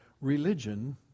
religion